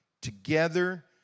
together